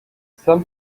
some